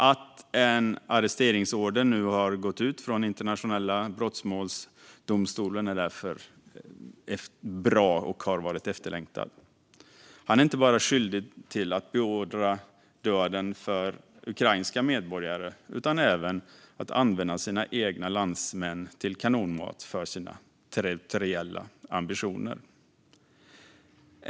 Att en arresteringsorder nu har gått ut från Internationella brottmålsdomstolen är därför bra, och den har varit efterlängtad. Putin är inte bara skyldig till att beordra döden för ukrainska medborgare utan även till att använda sina egna landsmän till kanonmat för sina territoriella ambitioner.